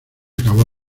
acabó